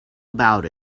about